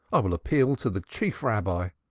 i will appeal to the chief rabbi.